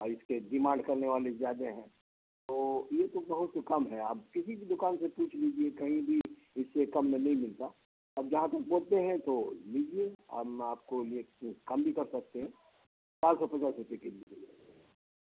اور اس کے ڈیمانڈ کرنے والے زیادہ ہیں تو یہ تو بہت کم ہے آپ کسی بھی دوکان سے پوچھ لیجیے کہیں بھی اس سے کم میں نہیں ملتا اب جہاں تک بولتے ہیں تو لیجیے ہم آپ کو یہ کم بھی کر سکتے ہیں چار سو پچاس روپے کے جی